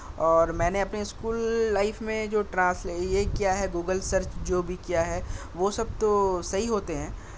اور میں نے اپنی اسکول لائف میں جو یہ کیا ہے گوگل سرچ جو بھی کیا ہے وہ سب تو صحیح ہوتے ہیں